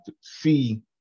see